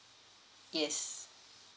yes